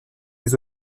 les